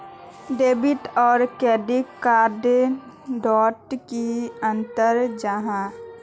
Debit आर credit card डोट की अंतर जाहा?